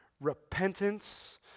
repentance